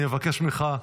אני אבקש ממך,